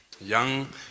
young